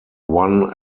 one